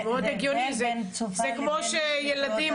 זה כמו שילדים